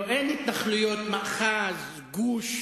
אין התנחלויות, מאחז, גוש.